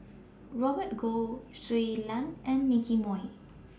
Robert Goh Shui Lan and Nicky Moey